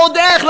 ועוד איך,